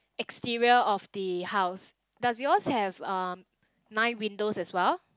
exterior of the house does yours have um nine windows as well